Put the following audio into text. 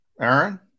Aaron